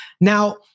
Now